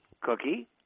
cookie